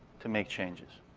to make changes.